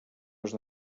les